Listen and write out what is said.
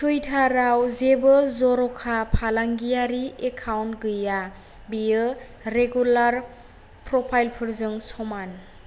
टुइटाराव जेबो जर'खा फालांगियारि एकाउन्ट गैया बेयो रेगुलार प्रफाइलफोरजों समान